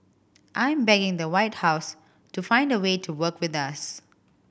I'm begging the White House to find a way to work with us